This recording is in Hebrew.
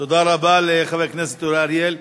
תודה רבה לחבר הכנסת אורי אריאל,